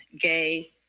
gay